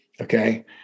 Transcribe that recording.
okay